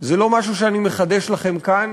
זה לא משהו שאני מחדש לכם כאן,